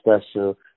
special